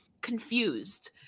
confused